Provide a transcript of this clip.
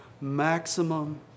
maximum